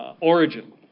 Origin